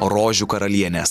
rožių karalienės